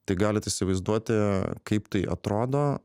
tai galit įsivaizduoti kaip tai atrodo